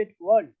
world